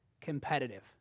competitive